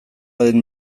den